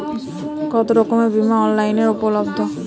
কতোরকমের বিমা অনলাইনে উপলব্ধ?